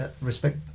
respect